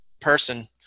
person